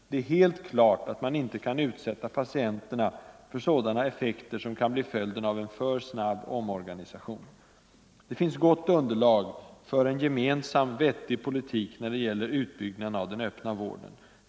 Det är helt klart att man inte kan utsätta patienterna för sådana effekter som kan bli följden av en för snabb omorganisation. Det finns gott underlag för en gemensam, vettig politik när det gäller utbyggnaden av den öppna vården.